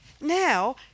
now